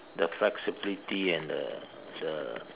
the flexibility and the the